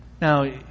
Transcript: Now